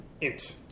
Int